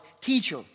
teacher